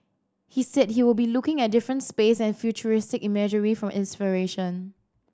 he said he would be looking at different space and futuristic imagery for inspiration